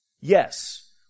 Yes